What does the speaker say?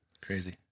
Crazy